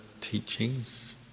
teachings